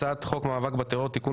הצעת חוק המאבק בטרור (תיקון,